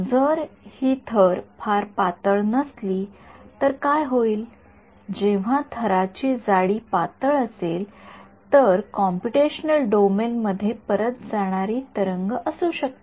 जर ही थर फार पातळ नसली तर काय होईल जेव्हा थराची जाडी पातळ असेल तर कॉम्पुटेशनल डोमेन मध्ये परत जाणारी तरंग असू शकते